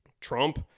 Trump